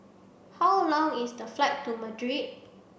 how long is the flight to Madrid